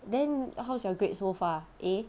then how is your grade so far A